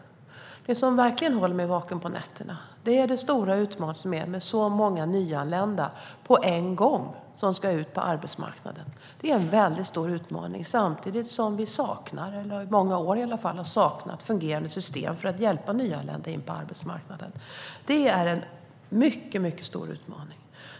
Det som verkligen håller mig vaken på nätterna är de stora utmaningar som finns med så många nyanlända på en gång som ska ut på arbetsmarknaden. Det är en väldigt stor utmaning, samtidigt som vi under många år har saknat fungerande system för att hjälpa nyanlända in på arbetsmarknaden. Det är en mycket stor utmaning.